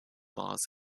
laws